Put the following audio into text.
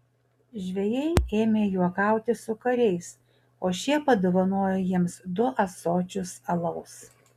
žvejai ėmė juokauti su kariais o šie padovanojo jiems du ąsočius alaus